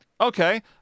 okay